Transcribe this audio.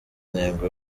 intego